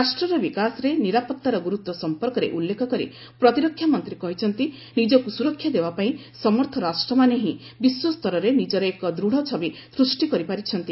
ରାଷ୍ଟ୍ରର ବିକାଶରେ ନିରାପତ୍ତାର ଗୁରୁତ୍ୱ ସମ୍ପର୍କରେ ଉଲ୍ଲେଖକରି ପ୍ରତିରକ୍ଷା ମନ୍ତ୍ରୀ କହିଛନ୍ତି ନିଜକୁ ସ୍ୱରକ୍ଷା ଦେବାପାଇଁ ସମର୍ଥ ରାଷ୍ଟ୍ରମାନେ ହିଁ ବିଶ୍ୱସ୍ତରରେ ନିଜର ଏକ ଦୃଢ଼ ଛବି ସ୍ଚଷ୍ଟି କରିପାରିଛନ୍ତି